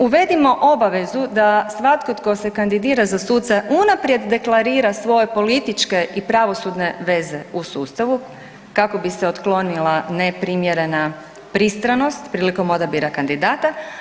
Uvedimo obavezu da svatko tko se kandidira za suca unaprijed deklarira svoje političke i pravosudne veze u sustavu kako bi se otklonila neprimjerena pristranost prilikom odabira kandidata.